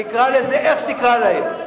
תקרא לזה איך שתקרא לזה.